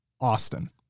Austin